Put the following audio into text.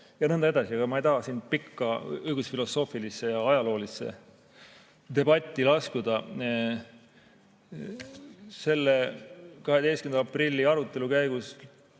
aastal 1939. Aga ma ei taha siin pikka õigusfilosoofilisse ja ajaloolisse debatti laskuda. Selle 12. aprilli arutelu käigus